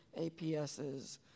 APSs